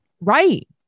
Right